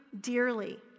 dearly